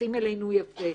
שמתייחסים אלינו יפה.